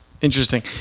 interesting